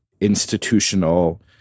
institutional